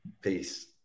Peace